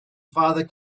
father